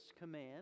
command